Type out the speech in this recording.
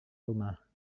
rumah